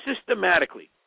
systematically